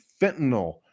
fentanyl